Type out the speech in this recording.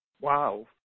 Wow